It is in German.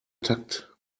takt